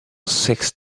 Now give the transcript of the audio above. sixth